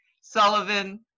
Sullivan